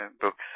books